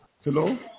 Hello